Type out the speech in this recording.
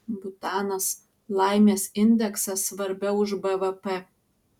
butanas laimės indeksas svarbiau už bvp